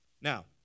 Now